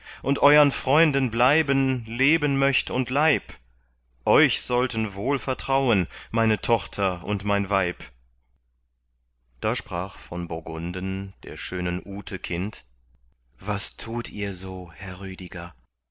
und euern freunden bleiben leben möcht und leib euch sollten wohl vertrauen meine tochter und mein weib da sprach von burgunden der schönen ute kind wie tut ihr so herr rüdiger